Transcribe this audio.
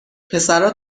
پسرا